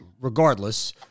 regardless